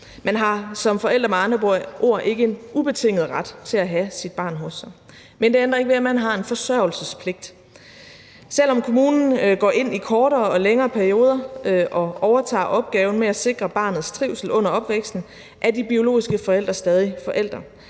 Man har som forældre med andre ord ikke en ubetinget ret til at have sit barn hos sig. Men det ændrer ikke ved, at man har forsørgelsespligt. Selv om kommunen går ind i kortere og længere perioder og overtager opgaven med at sikre barnets trivsel under opvæksten, er de biologiske forældre stadig forældre.